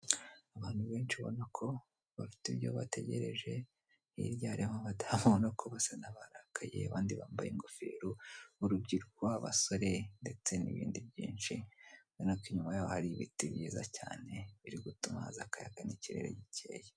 Abantu benshi urabona ko bafite ibyo bategereje hirya harimo abadamu ubona ko basa nabarakaye abandi abambaye ingofero , urubyiruko, abasore ndetse n'ibindi byinshi. Urabona ko inyuma yabo hari ibiti byiza cyane biri gutuma haza akayaga n'ikirere gikeye.